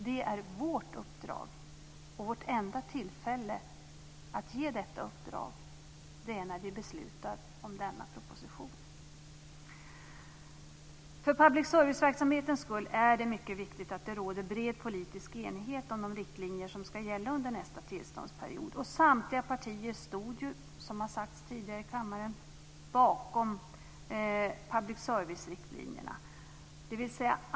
Det är vårt uppdrag, och vårt enda tillfälle att ge detta uppdrag är när vi beslutar om denna proposition. För public service-verksamhetens skull är det mycket viktigt att det råder bred politisk enighet om de riktlinjer som ska gälla under nästa tillståndsperiod. Som har sagts tidigare i kammaren stod samtliga partier bakom public service-riktlinjerna.